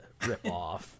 ripoff